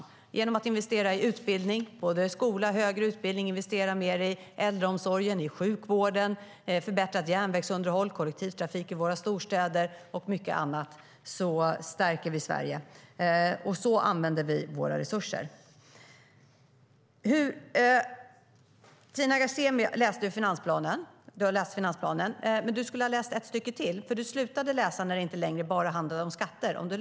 Detta gör vi genom att investera i utbildning, både i skola och högre utbildning, i äldreomsorg och i sjukvård. Vi gör det genom förbättrat järnvägsunderhåll och utökad kollektivtrafik i våra storstäder och mycket annat. Så använder vi våra resurser, och så stärker vi Sverige.Tina Ghasemi läste ur finansplanen. Du skulle ha läst ett stycke till, för du slutade läsa när det inte längre handlade skatter.